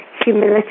humility